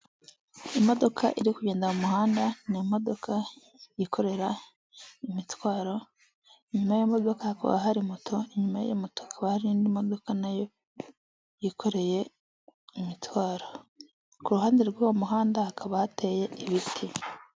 Imodoka iri kugenda mu muhanda ni imodoka yikorera imitwaro. Inyuma y'imodoka hakaba hari moto, inyuma y' iyo moto hakaba hari indi imodoka nayo yikoreye imitwaro. Ku ruhande rw'uwo muhanda, hakaba hateye ibiti.